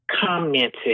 commented